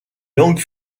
langues